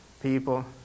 people